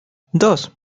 dos